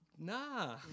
Nah